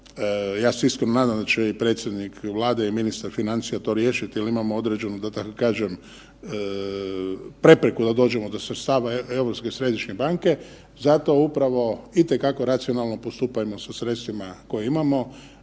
ja se iskreno nadam da će i predsjednik Vlade i ministar financija to riješiti jer imamo određenu da tako kažem prepreku da dođemo do sredstava Europske središnje banke zato upravo i te kako racionalno postupajmo sa sredstvima koja imamo